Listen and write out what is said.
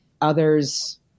others